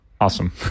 Awesome